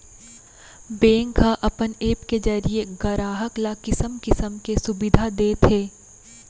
bank ह अपन app के जरिये गराहक ल किसम किसम के सुबिधा देत हे